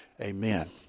Amen